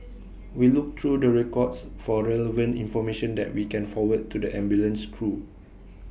we look through the records for relevant information that we can forward to the ambulance crew